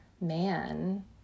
man